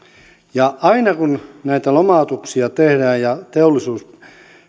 on parempi aina kun näitä lomautuksia tehdään ja teollisuus